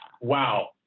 wow